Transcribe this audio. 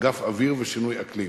אגף אוויר ושינוי אקלים.